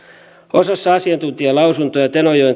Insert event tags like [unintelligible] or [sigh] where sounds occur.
osassa asiantuntijalausuntoja tenojoen [unintelligible]